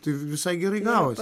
tai visai gerai gavos